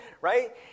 right